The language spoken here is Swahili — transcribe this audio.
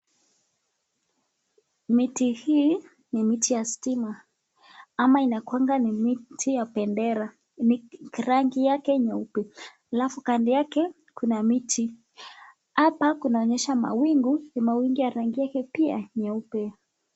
Mti hii ni mti ya stima ama inakuanga ni mti ya bendera, rangi yake nyeupe, alafu kando yake kuna miti hapa inaonyesha mawingu, ya rangi yake pia nyeupe.